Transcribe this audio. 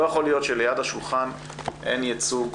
לא יכול להיות שליד השולחן אין ייצוג